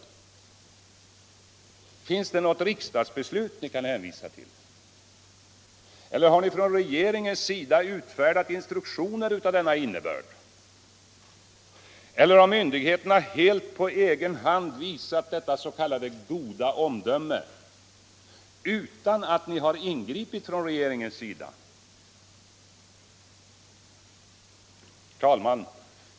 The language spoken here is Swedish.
Finns det något riksdagsbeslut ni kan hänvisa till? Eller har ni från regeringens sida utfärdat instruktioner av denna innebörd? Eller har myndigheterna helt på egen hand visat detta s.k. goda omdöme utan att regeringen ingripit? Herr talman!